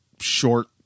short